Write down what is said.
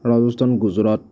Rajasthan Gujarat